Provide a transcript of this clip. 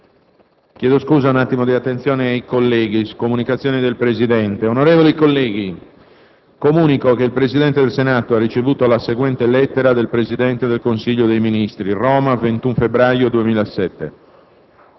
apre una nuova finestra"). Onorevoli Colleghi, comunico che il Presidente del Senato ha ricevuto la seguente lettera del Presidente del Consiglio dei ministri: «Roma 21 febbraio 2007